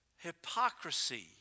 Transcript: Hypocrisy